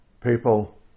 people